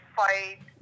fight